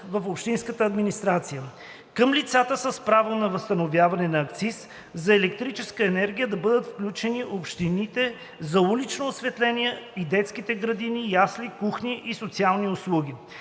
в общинската администрация. Към лицата с право на възстановяване на акциз за електрическа енергия да бъдат включени общините за уличното осветление и детските градини, ясли, кухни и социални услуги.